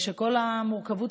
כל המורכבות,